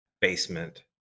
basement